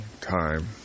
time